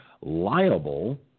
liable